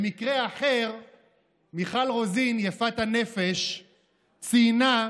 במקרה אחר מיכל רוזין יפת הנפש ציינה,